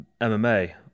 MMA